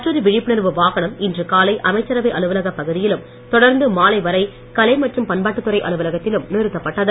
மற்றொரு விழிப்புணர்வு வாகனம் இன்று காலை அமைச்சரவை அலுவலகப் பகுதியிலும் தொடர்ந்து மாலை வரை கலை மற்றும் பண்பாட்டுத்துறை அலுவலகத்திலும் நிறுத்தப்பட்டது